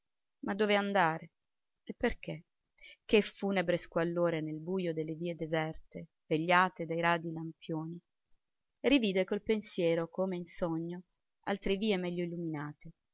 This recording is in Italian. ma dove andare e perché che funebre squallore nel bujo delle vie deserte vegliate dai radi lampioni rivide col pensiero come in sogno altre vie meglio illuminate